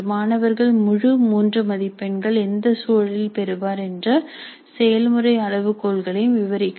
மாணவர்கள் முழு மூன்று மதிப்பெண்கள் எந்த சூழலில் பெறுவர் என்ற செயல்முறை அளவுகோல்களை விவரிக்கவும்